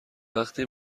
وقتی